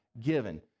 given